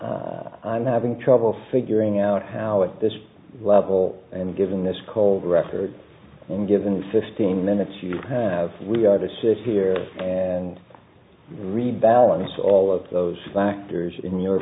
i'm having trouble figuring out how at this level and given this cold record and given the fifteen minutes you have to sit here and read balance all of those factors in your